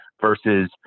versus